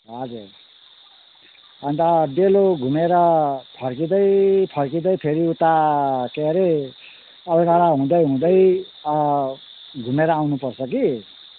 हजुर अन्त डेलो घुमेर फर्किँदै फर्किँदै फेरि उता के अरे अलगढा हुँदै हुँदै अब घुमेर आउनुपर्छ कि